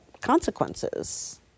consequences